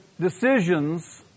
decisions